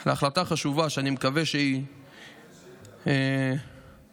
על החלטה חשובה, שאני מקווה שהיא, שאלה, אה,